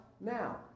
now